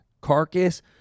Carcass